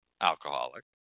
alcoholic